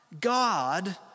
God